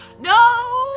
No